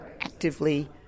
actively